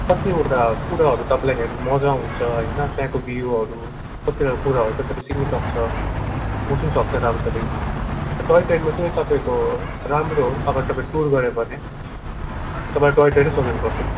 कतिवटा कुराहरू तपाईँलाई हेर्नु मज्जा आउँछ होइन त्यहाँको भ्यूहरू कतिवटा कुराहरू पनि तपाईँ सिक्नुसक्छ बुज्नुसक्छ राम्रोसँगले टोय ट्रेनमा चाहिँ तपाईँको राम्रो हो अगर तपाईँ टुर गऱ्यो भने तपाईँलाई टोय ट्रेनै सजेस्ट गर्छु